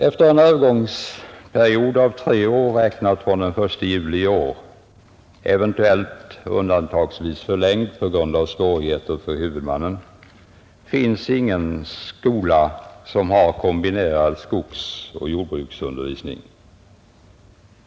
Efter en övergångsperiod av tre år räknat från den 1 juli i år — eventuellt undantagsvis förlängd på grund av svårigheter för huvudmannen — finns ingen skola som har kombinerad skogsoch jordbruksundervisning.